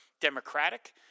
democratic